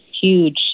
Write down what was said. huge